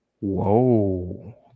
Whoa